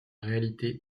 réalité